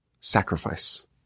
sacrifice